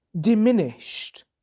diminished